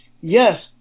yes